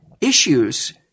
issues